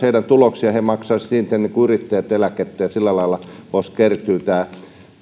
heidän tulokseen ja he maksaisivat siitä eläkettä niin kuin yrittäjät ja sillä lailla voisi kertyä tämä